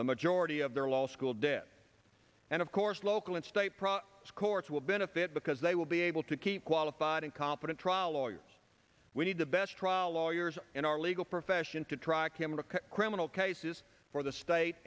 the majority of their law school debt and of course local and state courts will benefit because they will be able to keep qualified and competent trial lawyers we need to best trial lawyers in our legal profession to track him of criminal cases for the state